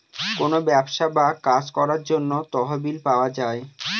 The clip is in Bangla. কোনো ব্যবসা বা কাজ করার জন্য তহবিল পাওয়া যায়